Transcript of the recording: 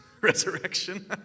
resurrection